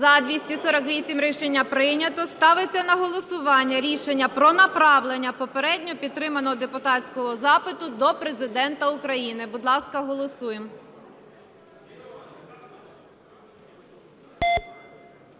За-248 Рішення прийнято. Ставиться на голосування рішення про направлення попередньо підтриманого депутатського запиту до Президента України. будь ласка, голосуємо.